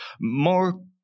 More